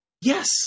yes